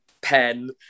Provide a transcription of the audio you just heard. pen